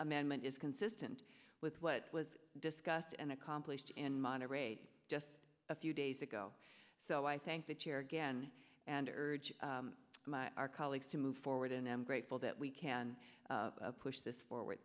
amendment is consistent with what was discussed and accomplished and moderate just a few days ago so i thank the chair again and urge my colleagues to move forward and i am grateful that we can push this forward